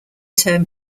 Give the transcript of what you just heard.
turn